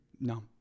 No